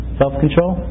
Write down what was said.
self-control